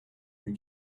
you